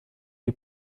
dei